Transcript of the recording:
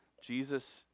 Jesus